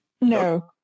No